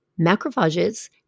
macrophages